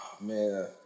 Man